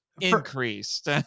increased